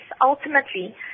ultimately